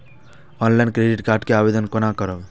Online credit card के आवेदन कोना करब?